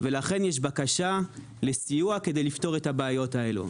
לכן יש בקשה לסיוע כדי לפתור את הבעיות האלה.